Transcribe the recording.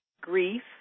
grief